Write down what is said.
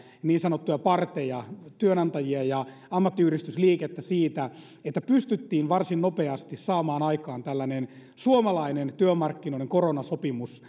niin sanottuja partteja työmarkkinajärjestöjä työnantajia ja ammattiyhdistysliikettä siitä että pystyttiin varsin nopeasti saamaan aikaan tällainen suomalainen työmarkkinoiden koronasopimus